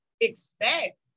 expect